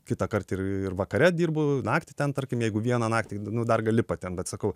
kitąkart ir ir vakare dirbu naktį ten tarkim jeigu vieną naktį nu dar gali patempt bet sakau